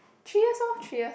three years lor three years